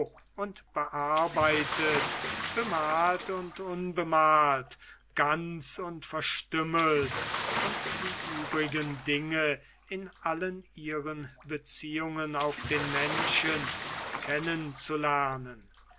und bearbeitet bemalt und unbemalt ganz und verstümmelt und die übrigen dinge in allen ihren beziehungen auf den menschen